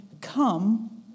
come